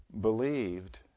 believed